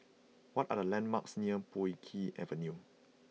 what are the landmarks near Puay Hee Avenue